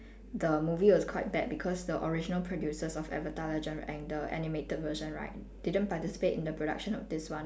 the movie was quite bad because the original producers of avatar legend of aang the animated version right didn't participate in the production of this one